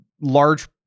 large